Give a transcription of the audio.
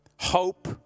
hope